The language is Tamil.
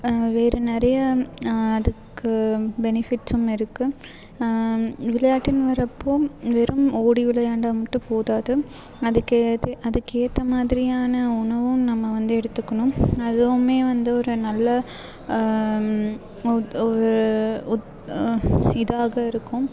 வேறு நிறைய அதுக்கு பெனிஃபிட்ஸும் இருக்கு விளையாட்டுன்னு வரப்போ வெறும் ஓடி விளையாண்டால் மட்டும் போதாது அதுக்கு ஏது அதுக்கேற்ற மாதிரியான உணவும் நம்ம வந்து எடுத்துக்கணும் அதுவுமே வந்து ஒரு நல்ல இதாக இருக்கும்